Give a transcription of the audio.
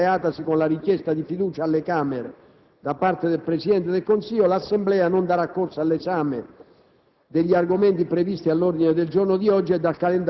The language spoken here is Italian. In relazione alla situazione politico-istituzionale creatasi con la richiesta di fiducia alle Camere da parte del Presidente del Consiglio, l'Assemblea non darà corso all'esame